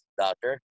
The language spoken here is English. doctor